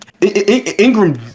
Ingram